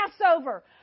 Passover